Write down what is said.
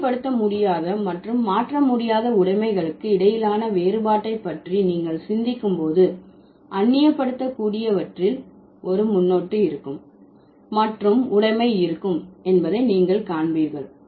அந்நியப்படுத்த முடியாத மற்றும் மாற்ற முடியாத உடைமைகளுக்கு இடையிலான வேறுபாட்டை பற்றி நீங்கள் சிந்திக்கும் போது அந்நிய படுத்தக்கூடியவற்றில் ஒரு முன்னொட்டு இருக்கும் மற்றும் ஒரு உடைமை இருக்கும் என்பதை நீங்கள் காண்பீர்கள்